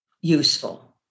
useful